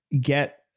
get